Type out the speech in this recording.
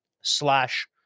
slash